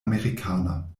amerikaner